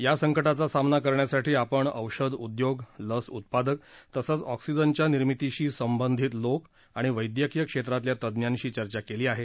या संकटाचा सामना करण्यासाठी आपण औषध उद्योग लस उत्पादक तसंच एक्सिजनच्या निर्मितीशी संबंधित लोक आणि वैद्यकीय क्षेत्रातल्या तज्ञांशी चर्चा केली आहे